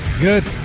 Good